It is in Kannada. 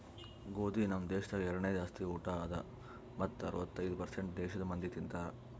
ಗೋದಿ ನಮ್ ದೇಶದಾಗ್ ಎರಡನೇ ಜಾಸ್ತಿ ಊಟ ಅದಾ ಮತ್ತ ಅರ್ವತ್ತೈದು ಪರ್ಸೇಂಟ್ ದೇಶದ್ ಮಂದಿ ತಿಂತಾರ್